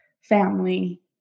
family